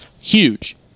Huge